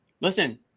listen